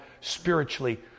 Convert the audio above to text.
spiritually